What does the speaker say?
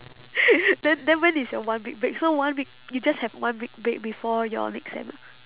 then then when is your one week break so one week you just have one week break before your next sem ah